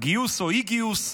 גיוס או אי-גיוס.